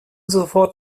sofort